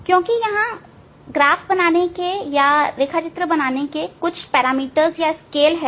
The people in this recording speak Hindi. क्योंकि यहां रेखा चित्र बनाने के कुछ स्केल हैं